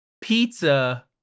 pizza